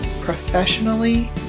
professionally